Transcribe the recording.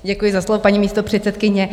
Děkuji za slovo, paní místopředsedkyně.